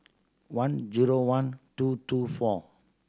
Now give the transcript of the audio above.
one zero one two two four